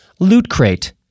Lootcrate